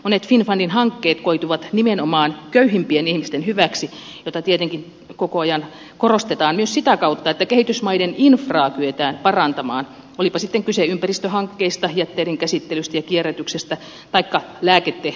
monet finnfundin hankkeet koituvat nimenomaan köyhimpien ihmisten hyväksi mitä tietenkin koko ajan korostetaan myös sitä kautta että kehitysmaiden infraa kyetään parantamaan olipa sitten kyse ympäristöhankkeista jätteidenkäsittelystä ja kierrätyksestä taikka lääketehtaasta